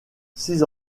six